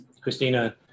christina